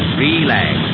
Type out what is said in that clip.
relax